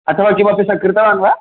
अथवा किमपि सः कृतवान् वा